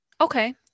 Okay